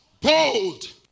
bold